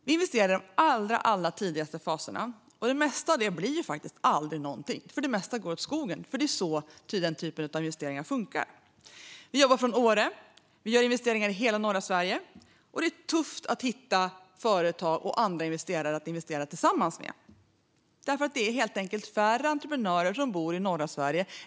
Vi investerar i de allra, allra tidigaste faserna, och det mesta av det blir faktiskt aldrig någonting. För det mesta går det åt skogen, för det är så den typen av investeringar funkar. Vi jobbar från Åre och gör investeringar i hela norra Sverige. Det är tufft att hitta företag och andra investerare att investera tillsammans med, helt enkelt därför att det är färre entreprenörer som bor i norra Sverige.